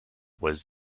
was